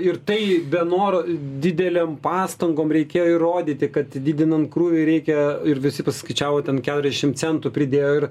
ir tai be noro didelėm pastangom reikėjo įrodyti kad didinant krūvį reikia ir visi paskaičiavo ten keturiasdešimt centų pridėjo ir